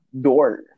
door